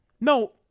No